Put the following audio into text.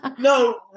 No